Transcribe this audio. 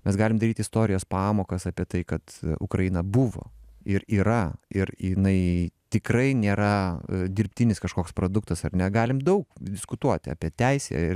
mes galim daryt istorijos pamokas apie tai kad ukraina buvo ir yra ir jinai tikrai nėra dirbtinis kažkoks produktas ar ne galim daug diskutuoti apie teisę ir